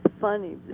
funny